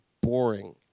boring